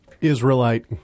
Israelite